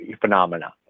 phenomena